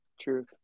True